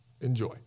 Enjoy